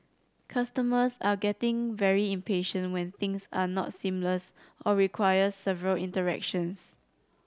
customers are getting very impatient when things are not seamless or require several interactions